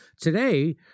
today